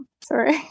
sorry